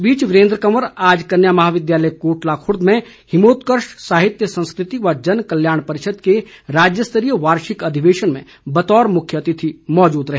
इस बीच वीरेन्द्र कंवर आज कन्या महाविद्यालय कोटला रवुर्द में हिमोत्कर्ष साहित्य संस्कृति व जन कल्याण परिषद के राज्य स्तरीय वार्षिक अधिवेशन में बतौर मुख्य अतिथि मौजूद रहे